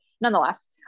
nonetheless